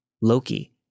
Loki